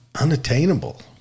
unattainable